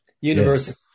University